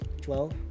Twelve